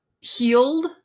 healed